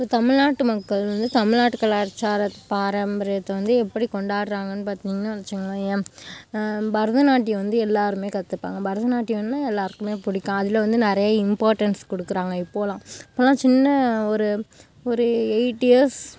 தமிழ்நாட்டு மக்கள் வந்து தமிழ்நாட்டு கலாசாரத்தை பாரம்பரியத்தை வந்து எப்படி கொண்டாடுறாங்கன்னு பார்த்திங்னா வச்சுகோங்களேன் பரதநாட்டியம் வந்து எல்லாேருமே கற்றுப்பாங்க பரத நாட்டியம் வந்து எல்லாேருக்குமே பிடிக்கும் அதில் வந்து நிறையா இம்பார்ட்டன்ஸ் கொடுக்குறாங்க இப்போயெலாம் அதனால சின்ன ஒரு ஒரு எயிட் இயர்ஸ்